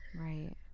right